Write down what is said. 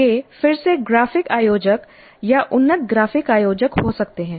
यह फिर से ग्राफिक आयोजक या उन्नत ग्राफिक आयोजक हो सकते हैं